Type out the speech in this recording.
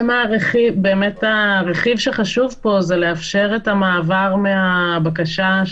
הרכיב החשוב פה הוא לאפשר את המעבר מהבקשה,